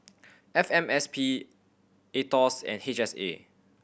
F M S P Aetos and H S A